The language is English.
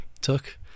took